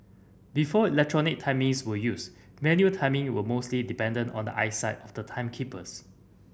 before electronic timings were used manual timing was mostly dependent on the eyesight of the timekeepers